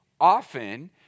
often